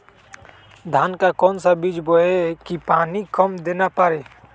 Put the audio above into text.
धान का कौन सा बीज बोय की पानी कम देना परे?